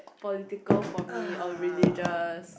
political for me or religious